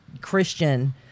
Christian